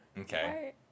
Okay